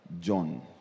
John